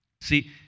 See